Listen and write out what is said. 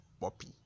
poppy